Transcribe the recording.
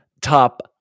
Top